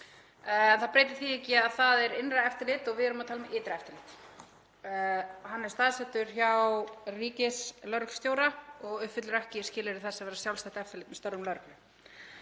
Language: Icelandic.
það breytir því ekki að það er innra eftirlit og við erum að tala um ytra eftirlit. Gæðastjóri er staðsettur hjá ríkislögreglustjóra og uppfyllir ekki skilyrði þess að vera sjálfstætt eftirlit með störfum lögreglu.